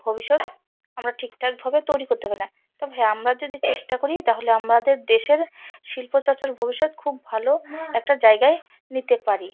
ভবিষ্যৎ আমরা ঠিক ঠাকভাবে তৈরি করতে পারি না তবে আমরা যদি চেষ্টা করি তাহলে আমাদের দেশের শিল্পচর্চার ভবিষ্যৎ খুব ভালো একটা জায়গায় নিতে পারি